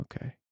Okay